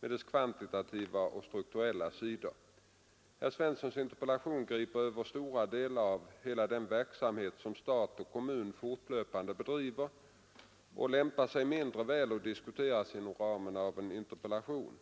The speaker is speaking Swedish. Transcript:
med dess kvantitativa och strukturella sidor, Herr Svenssons interpellation griper över stora delar av hela den verksamhet som stat och kommun fortlöpande bedriver och lämpar sig mindre väl att diskuteras inom ramen för en interpellation.